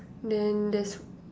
then there's